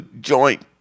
joint